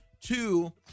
Two